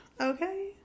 Okay